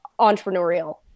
entrepreneurial